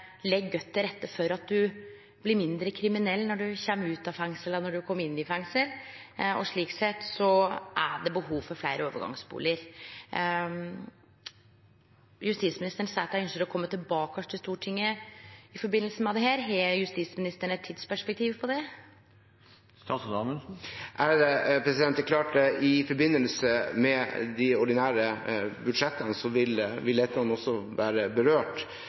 legg godt til rette for at ein blir mindre kriminell når ein kjem ut av fengsel, enn då ein kom inn i fengsel. Slik sett er det behov for fleire overgangsbustader. Justis- og beredskapsministeren seier han ynskjer å kome tilbake til Stortinget med dette. Har justis- og beredskapsministeren eit tidsperspektiv på det? Det er klart at i forbindelse med de ordinære budsjettene vil